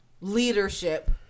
leadership